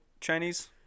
Chinese